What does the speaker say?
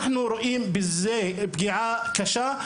אנחנו רואים בזה פגיעה קשה,